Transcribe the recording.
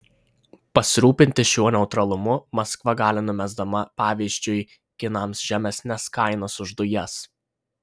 pasirūpinti šiuo neutralumu maskva gali numesdama pavyzdžiui kinams žemesnes kainas už dujas